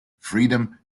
freedom